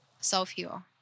Self-heal